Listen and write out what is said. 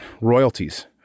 royalties